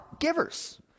givers